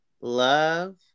love